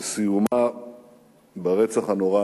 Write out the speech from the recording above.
וסיומה ברצח הנורא